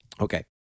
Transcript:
okay